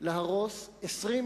הכנסת אריה